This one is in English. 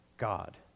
God